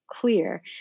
clear